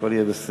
הכול יהיה בסדר.